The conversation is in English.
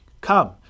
Come